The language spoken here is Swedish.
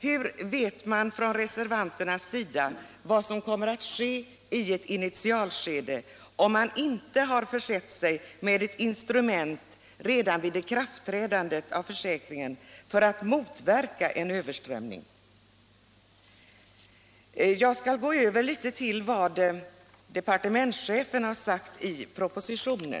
Hur vet reservanterna vad som kommer att ske i ett initialskede, om vi inte redan vid ikraftträdandet av försäkringen har försett oss med instrument för att motverka en överströmning?